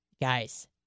guys